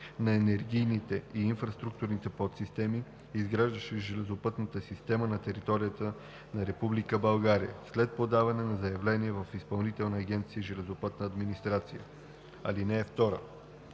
на енергийните и инфраструктурните подсистеми, изграждащи железопътната система на територията на Република България, след подаване на заявление в Изпълнителна агенция „Железопътна администрация“.